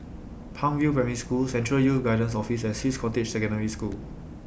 Palm View Primary School Central Youth Guidance Office and Swiss Cottage Secondary School